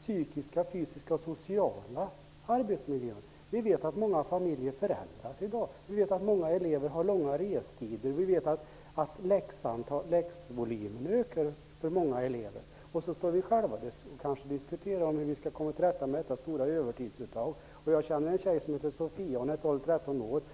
psykiska, fysiska och sociala arbetsmiljön. Vi vet att många familjer förändras i dag. Vi vet att många elever har långa restider. Vi vet att läxvolymen ökar för många elever. Sedan står vi själva och diskuterar hur vi skall komma till rätta med det stora övertidsuttaget. Jag känner en tjej som heter Sofia. Hon är 12--13 år.